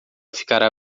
ficará